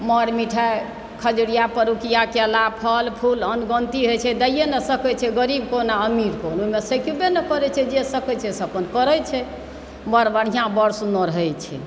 मर मिठाइ खजुरिया पिरुकआ केला फल फूल अनगन्ती होइत छै दैए नहि सकैत छै गरीब कोन आ अमीर कोन ओहिमे सकबे नहि करैत छै जे सकैत छै से अपन करैत छै बड़ बढ़िआँ बड़ सुन्नर होइत छै